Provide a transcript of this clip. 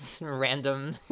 random